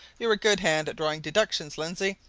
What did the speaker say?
you're a good hand at drawing deductions, lindsey,